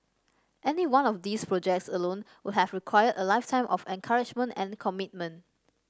any one of these projects alone would have required a lifetime of couragement and commitment